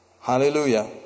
Hallelujah